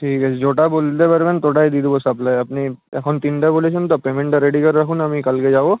ঠিক আছে যটা বলতে পারবেন তটাই দিয়ে দেবো সাপ্লাই আপনি এখন তিনটা বলেছেন তো পেমেন্টটা রেডি করে রাখুন আমি কালকে যাবো